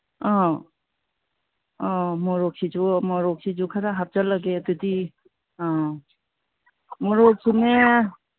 ꯑꯧ ꯑꯧ ꯃꯣꯔꯣꯛꯁꯤꯁꯨ ꯃꯣꯔꯣꯛꯁꯤꯁꯨ ꯈꯔ ꯍꯥꯞꯆꯜꯂꯒꯦ ꯑꯗꯨꯗꯤ ꯑꯧ ꯃꯣꯔꯣꯛꯁꯤꯅꯦ